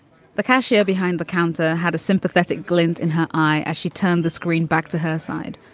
the cassia behind the counter had a sympathetic glint in her eye as she turned the screen back to her side.